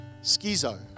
schizo